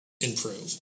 improve